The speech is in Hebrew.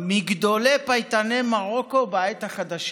מגדולי פייטני מרוקו בעת החדשה,